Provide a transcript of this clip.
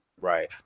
Right